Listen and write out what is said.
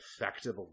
effective